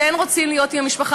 כן רוצים להיות עם המשפחה,